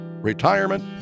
retirement